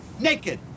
naked